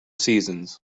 seasons